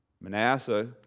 Manasseh